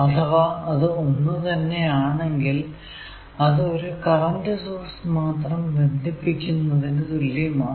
അഥവാ അത് ഒന്ന് തന്നെ ആണെങ്കിൽ അത് ഒരു ഒറ്റ കറന്റ് സോഴ്സ് മാത്രം ബന്ധിപ്പിക്കുന്നതിനു തുല്യമാണ്